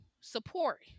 support